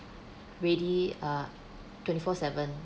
ready uh twenty four seven